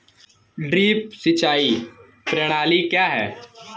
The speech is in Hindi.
ड्रिप सिंचाई प्रणाली क्या है?